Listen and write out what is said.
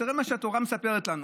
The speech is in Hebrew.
תראה מה שהתורה מספרת לנו,